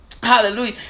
Hallelujah